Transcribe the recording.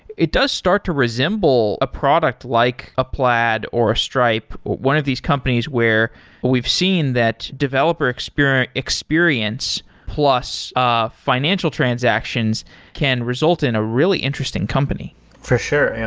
it does start to resemble a product like a plaid or a stripe, one of these companies, where we've seen that developer experience experience plus ah financial transactions can result in a really interesting company for sure.